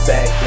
Back